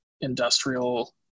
industrial